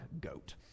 goat